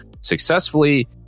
successfully